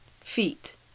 feet